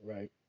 Right